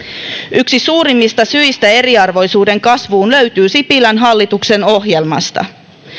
yksi suurimmista syistä eriarvoisuuden kasvuun löytyy sipilän hallituksen ohjelmasta